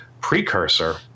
precursor